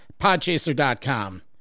Podchaser.com